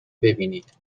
ببینید